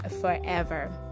forever